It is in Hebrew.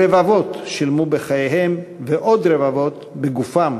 רבבות שילמו בחייהם ועוד רבבות, בגופם,